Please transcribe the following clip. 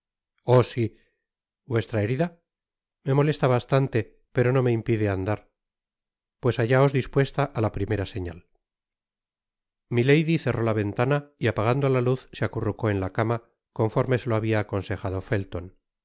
oh si vuestra herida me molesta bastante pero no me impide andar pues hallaos dispuesta á la primera señal content from google book search generated at milady cerró la ventana y apagando la luz se acurrucó en la cama conforme se lo habia aconsejado felton